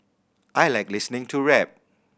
I like listening to rap